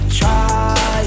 try